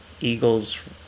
Eagles